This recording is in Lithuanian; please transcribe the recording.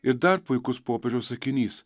ir dar puikus popiežiaus sakinys